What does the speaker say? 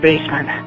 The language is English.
Basement